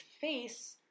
face